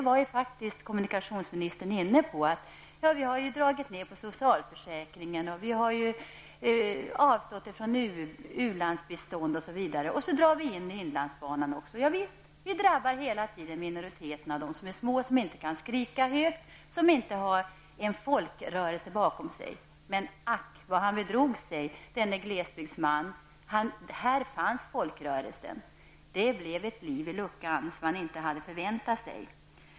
Även kommunikationsministern tog upp den frågan. Han sade att det har gjorts inskränkningar i socialförsäkringarna och ulandsbiståndet. Nu dras även inlandsbanan in. Javisst! Hela tiden drabbas minoriteter, de som är små och som inte kan skrika högt och som inte har en folkrörelse bakom sig. Men ack vad kommunikationsministern bedrog sig, denne glesbygdsman! Här fanns en folkrörelse! Det har blivit ett liv i luckan som han inte hade förväntat sig.